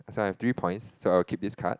so I have three points so I'll keep this card